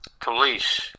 Police